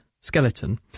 skeleton